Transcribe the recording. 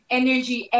energy